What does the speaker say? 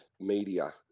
media